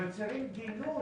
יוצרים גינון